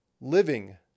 living